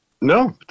No